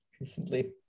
recently